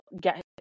get